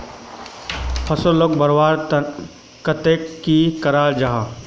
फसलोक बढ़वार केते की करा जाहा?